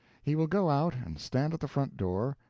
he will go out and stand at the front door,